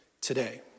today